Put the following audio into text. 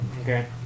Okay